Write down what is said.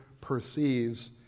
perceives